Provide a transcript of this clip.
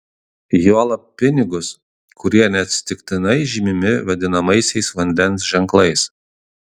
juolab pinigus kurie neatsitiktinai žymimi vadinamaisiais vandens ženklais